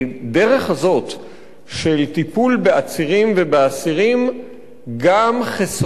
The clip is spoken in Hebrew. של טיפול בעצירים ובאסירים גם חסרונות גדולים ומהותיים.